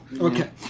Okay